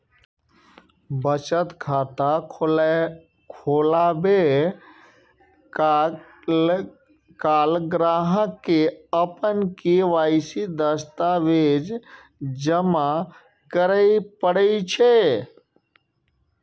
बचत खाता खोलाबै काल ग्राहक कें अपन के.वाई.सी दस्तावेज जमा करय पड़ै छै